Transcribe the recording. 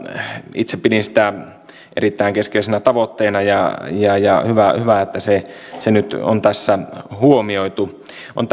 itse pidin sitä erittäin keskeisenä tavoitteena ja ja hyvä että se se nyt on tässä huomioitu on